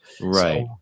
Right